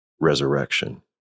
resurrection